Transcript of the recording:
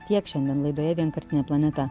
tiek šiandien laidoje vienkartinė planeta